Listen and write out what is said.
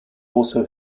also